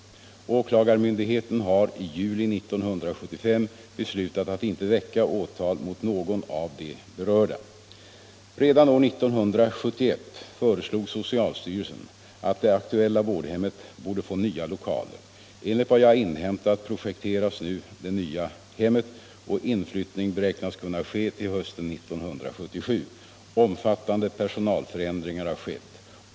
Åklagarmyndigheten har i juli 1975 beslutat att inte väcka åtal mot någon av de berörda. Redan år 1971 föreslog socialstyrelsen att det aktuella vårdhemmet borde få nya lokaler. Enligt vad jag har inhämtat projekteras nu det nya hemmet och inflyttning beräknas kunna ske till hösten 1977. Omfattande personalförändringar har skett.